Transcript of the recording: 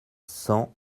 cent